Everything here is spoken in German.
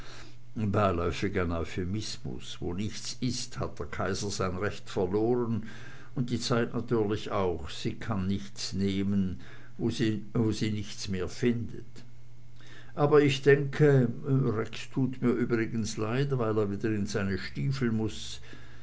beiläufig ein euphemismus wo nichts ist hat der kaiser sein recht verloren und die zeit natürlich auch sie kann nichts nehmen wo sie nichts mehr findet aber ich denke rex tut mir übrigens leid weil er wieder in seine stiefel muß